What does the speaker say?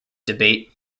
debate